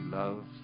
love